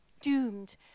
doomed